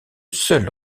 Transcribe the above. seul